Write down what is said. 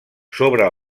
sobre